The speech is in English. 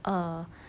err